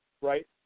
right